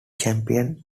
champion